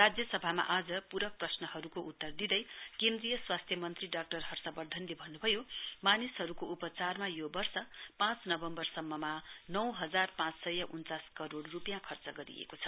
राज्यसभामा आज पूरक प्रश्नहरूको उत्तर दिँदै केन्द्रीय स्वास्थ्य मन्त्री डाक्टर हर्षवर्धनले भन्नभयो मानिसहरूको उपचारमा यो वर्ष पाँच नवम्बर सम्ममा नौ हजार पाँच सय उन्चास करोड़ रूपियाँ खर्च गरएको छ